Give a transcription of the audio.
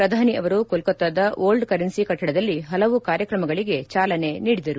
ಪ್ರಧಾನಿ ಅವರು ಕೋಲ್ಲತಾದ ಓಲ್ಡ್ ಕರೆನ್ಸಿ ಕಟ್ಲಡದಲ್ಲಿ ಹಲವು ಕಾರ್ಯಕ್ರಮಗಳಿಗೆ ಚಾಲನೆ ನೀಡಿದರು